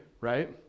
right